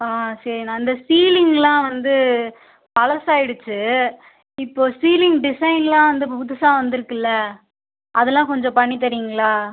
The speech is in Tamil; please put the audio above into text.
ஆ சரிண்ணா இந்த சீலிங்லாம் வந்து பழசாயிடுச்சு இப்போ சீலிங் டிசைன்லாம் வந்து இப்போ புதுசாக வந்துருக்குதுல்ல அதெல்லாம் கொஞ்சம் பண்ணி தரீங்களா